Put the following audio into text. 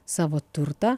savo turtą